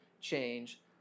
change